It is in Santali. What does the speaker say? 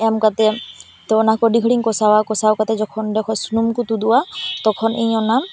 ᱮᱢ ᱠᱟᱛᱮᱜ ᱛᱚ ᱚᱱᱟ ᱠᱚ ᱟᱹᱰᱤ ᱜᱷᱟᱹᱲᱤᱡ ᱤᱧ ᱠᱚᱥᱟᱣᱟ ᱠᱚᱥᱟᱣ ᱠᱟᱛᱮᱜ ᱡᱚᱠᱷᱚᱱ ᱚᱸᱰᱮ ᱠᱷᱚᱱ ᱥᱩᱱᱩᱢ ᱠᱚ ᱛᱩᱫᱩᱜᱼᱟ ᱛᱚᱠᱷᱚᱱ ᱤᱧ ᱚᱱᱟ